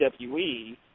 WWE